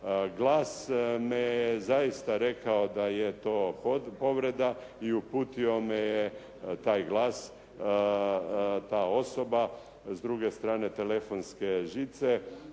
glas me je zaista rekao da je to povreda i uputio me je taj glas, ta osoba s druge strane telefonske žice,